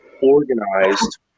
organized